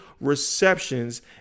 receptions